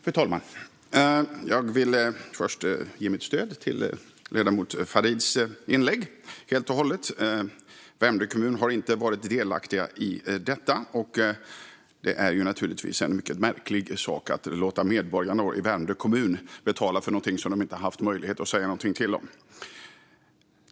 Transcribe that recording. Fru talman! Jag vill först ge mitt stöd till ledamoten Farids inlägg helt och hållet. Värmdö kommun har inte varit delaktig i detta, och det är naturligtvis en mycket märklig sak att låta medborgarna i Värmdö kommun betala för någonting som de inte har haft något att säga till om.